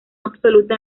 absoluta